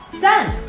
done,